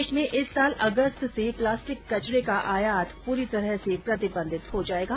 देश में इस साल अगस्त से प्लास्टिक कचरे का आयात पूरी तरह से प्रतिबंधित हो जाएगा